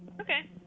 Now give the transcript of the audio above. Okay